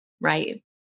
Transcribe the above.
right